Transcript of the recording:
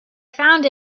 found